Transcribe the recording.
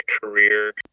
career